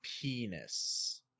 penis